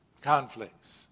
conflicts